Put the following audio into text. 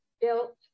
guilt